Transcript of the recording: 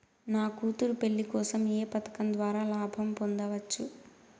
నా కూతురు పెళ్లి కోసం ఏ పథకం ద్వారా లాభం పొందవచ్చు?